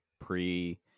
pre